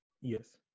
Yes